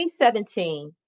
2017